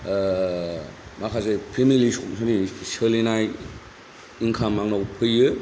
माखासे फेमिलि सोलिनाय इन्काम आंनाव फैयो